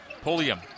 Pulliam